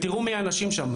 ותראו מי האנשים שם.